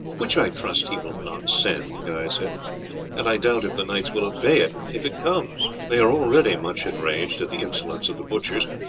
which i trust he will not send, guy said and i doubt if the knights will obey it if it comes. they are already much enraged at the insolence of the butchers,